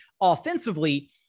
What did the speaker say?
offensively